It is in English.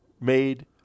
made